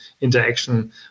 interaction